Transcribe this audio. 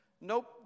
Nope